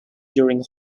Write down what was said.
during